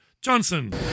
Johnson